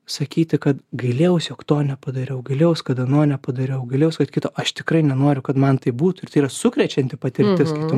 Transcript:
sakyti kad gailėjausi jog to nepadariau gailėjausi kad ano nepadariau gailėjaus kad kito aš tikrai nenoriu kad man taip būtų ir tai yra sukrečianti patirtis tu